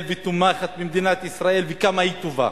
ותומכת במדינת ישראל וכמה היא טובה.